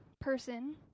person